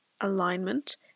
alignment